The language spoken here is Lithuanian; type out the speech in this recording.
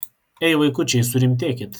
ei vaikučiai surimtėkit